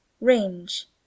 Range